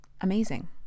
amazing